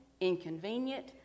inconvenient